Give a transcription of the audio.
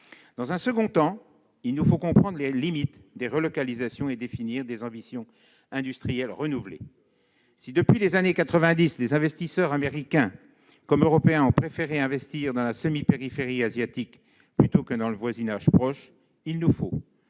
Dans un second temps, il nous faut comprendre les limites des relocalisations et définir des ambitions industrielles renouvelées. Depuis les années 1990, les investisseurs américains comme européens se sont plutôt tournés vers la semi-périphérie asiatique que vers le voisinage proche ; il nous faut